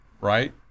right